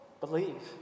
Believe